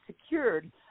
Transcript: secured